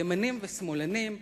ימנים ושמאלנים,